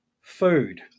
food